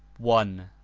one